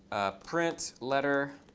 a print letter.